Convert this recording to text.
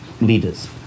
leaders